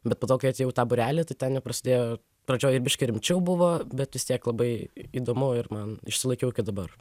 bet po to kai atėjau į tą būrelį tai ten jau prasidėjo pradžioj ir biškį rimčiau buvo bet vis tiek labai įdomu ir man išsilaikiau iki dabar